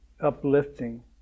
uplifting